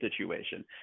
situation